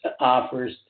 offers